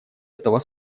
этого